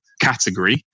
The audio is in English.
category